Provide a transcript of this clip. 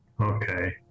Okay